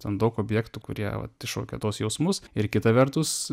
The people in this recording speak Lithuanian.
ten daug objektų kurie vat iššaukia tuos jausmus ir kita vertus